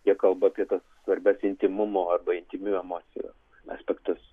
jie kalba apie tas svarbias intymumo arba intymių emocijų aspektus